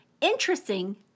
Interesting